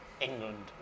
England